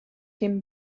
him